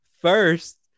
First